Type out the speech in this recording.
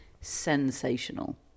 sensational